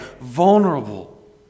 vulnerable